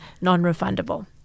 non-refundable